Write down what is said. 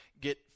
get